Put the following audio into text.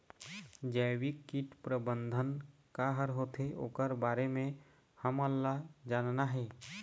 जैविक कीट प्रबंधन का हर होथे ओकर बारे मे हमन ला जानना हे?